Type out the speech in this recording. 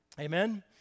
Amen